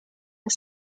des